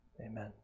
Amen